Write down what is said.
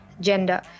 gender